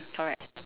correct